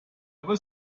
was